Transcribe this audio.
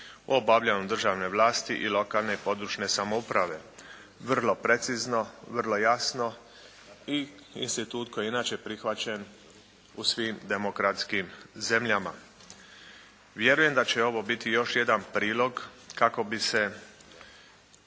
obavljanju državne vlasti i lokalne i područne samouprave, vrlo precizno, vrlo jasno i institut koji je inače prihvaćen u svim demokratskijim zemljama. Vjerujem da će ovo biti još jedan prilog kako bi se